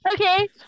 Okay